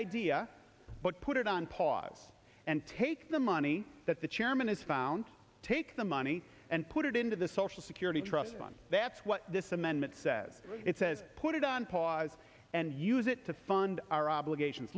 idea but put it on pause and take the money that the chairman has found take the money and put it into the social security trust fund that's what this amendment says it says put it on pause and use it to fund our obligation